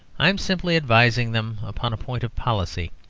i am simply advising them upon a point of policy,